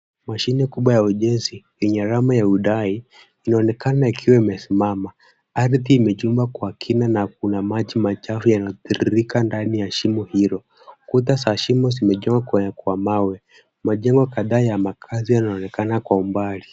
Mashine kubwa ya ujenzi yenye rama ya udai, inaonekana ikiwa imesimama. Ardhi imechimbwa kwa kina na kuna maji machafu yanayotiririka ndani ya shimo hilo. Kuta za shimo zimejengwa kwa mawe. Majengo kadhaa ya makazi yanaonekana kwa umbali.